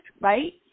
right